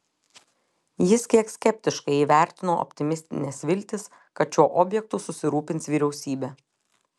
jis kiek skeptiškai įvertino optimistines viltis kad šiuo objektu susirūpins vyriausybė